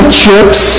chips